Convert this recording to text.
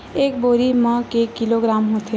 एक बोरी म के किलोग्राम होथे?